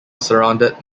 surrounded